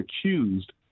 accused